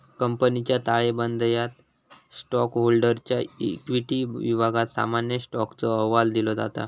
कंपनीच्या ताळेबंदयात स्टॉकहोल्डरच्या इक्विटी विभागात सामान्य स्टॉकचो अहवाल दिलो जाता